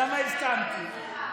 למה הסכמתי?